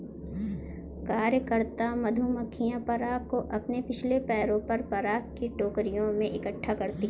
कार्यकर्ता मधुमक्खियां पराग को अपने पिछले पैरों पर पराग की टोकरियों में इकट्ठा करती हैं